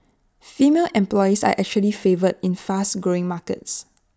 female employees are actually favoured in fast growing markets